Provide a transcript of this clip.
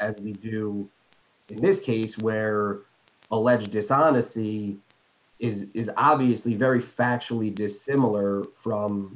as you in this case where alleged dishonesty is obviously very factually dissimilar from